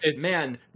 man